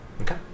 Okay